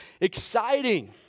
exciting